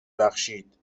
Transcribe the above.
بخشید